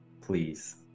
please